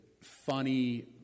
funny